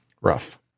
rough